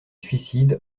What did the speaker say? suicide